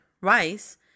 Rice